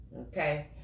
okay